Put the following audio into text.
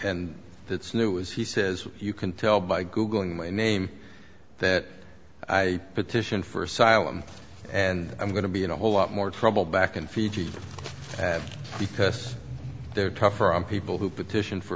and that's new it was he says you can tell by googling my name that i petition for asylum and i'm going to be in a whole lot more trouble back in fiji because they're tougher on people who petition for